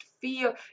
feel